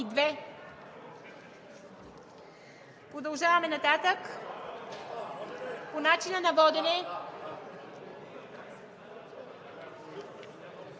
22. Продължаваме нататък. По начина на водене.